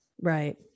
right